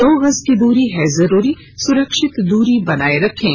दो गज की दूरी है जरूरी सुरक्षित दूरी बनाए रखें